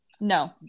no